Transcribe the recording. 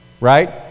right